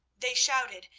they shouted,